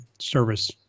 service